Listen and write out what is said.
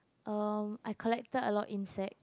erm I collected a lot insects